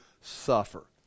suffer